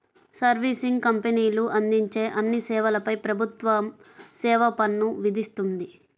servicing కంపెనీలు అందించే అన్ని సేవలపై ప్రభుత్వం సేవా పన్ను విధిస్తుంది